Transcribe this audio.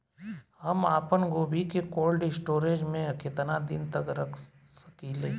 हम आपनगोभि के कोल्ड स्टोरेजऽ में केतना दिन तक रख सकिले?